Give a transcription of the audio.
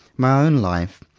my own life,